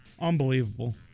Unbelievable